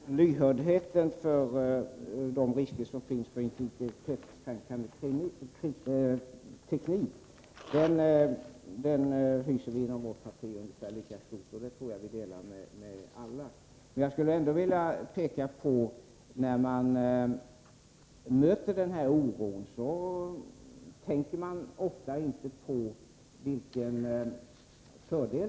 Fru talman! Lyhördheten för de risker som finns med integritetskränkande teknik är lika stor inom vårt parti. Den tror jag finns inom alla partier. När det gäller denna oro skulle jag ändå vilja peka på vilka fördelar tekniken har. Det kanske man inte tänker på så ofta.